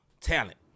talent